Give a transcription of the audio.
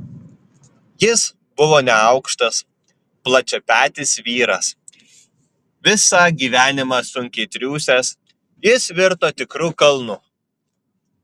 jis buvo neaukštas plačiapetis vyras visą gyvenimą sunkiai triūsęs jis virto tikru kalnu